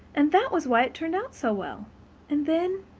and that was why it turned out so well and then,